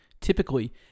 Typically